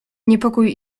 niepokój